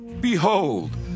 Behold